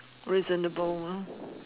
reasonable lor